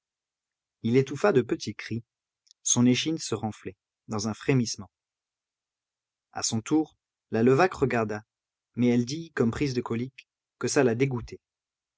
il étouffa de petits cris son échine se renflait dans un frémissement a son tour la levaque regarda mais elle dit comme prise de coliques que ça la dégoûtait